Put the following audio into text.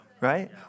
right